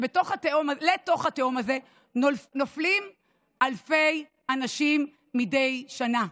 ולתוך התהום הזאת נופלים אלפי אנשים מדי שנה,